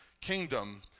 kingdom